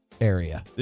area